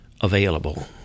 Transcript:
available